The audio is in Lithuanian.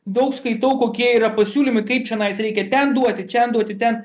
daug skaitau kokie yra pasiūlymai kaip čianais reikia ten duoti čian duoti ten